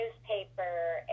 newspaper